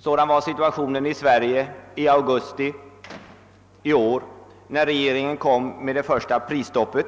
Sådan var också situationen i Sverige i augusti i år när regeringen införde det första prisstoppet.